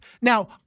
Now